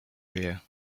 area